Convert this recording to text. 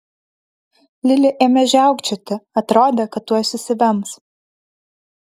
lili ėmė žiaukčioti atrodė kad tuoj susivems